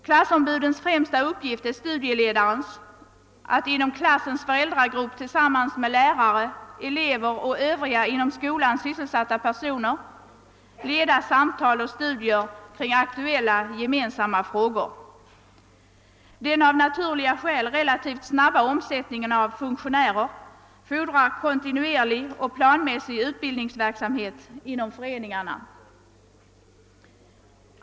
Klassombudens främsta uppgift är studieledarens, att inom klassens föräldragrupp tillsammans med lärare, elever och övriga inom skolan sysselsatta personer leda samtal och studier kring gemensamma aktuella frågor. Den av naturliga skäl relativt snabba omsättningen av funktionärer fordrar kontinuerlig och planmässig utbildningsverksamhet inom föreningarna.